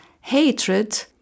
hatred